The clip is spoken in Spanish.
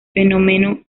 fenómeno